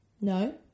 No